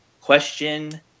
Question